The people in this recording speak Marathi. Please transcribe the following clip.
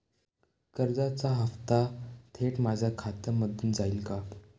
कर्जाचा हप्ता थेट माझ्या खात्यामधून जाईल का?